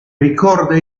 ricorda